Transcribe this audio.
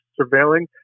surveilling